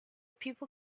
people